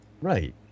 Right